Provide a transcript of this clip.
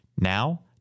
Now